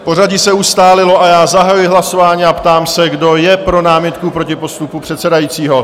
Pořadí se ustálilo a já zahajuji hlasování a ptám se, kdo je pro námitku proti postupu předsedajícího?